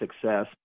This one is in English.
success